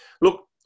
look